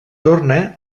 torna